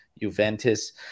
Juventus